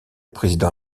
président